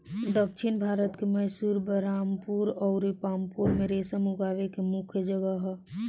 दक्षिण भारत के मैसूर, बरहामपुर अउर पांपोर में रेशम उगावे के मुख्या जगह ह